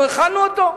אנחנו הכנו אותו.